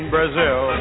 Brazil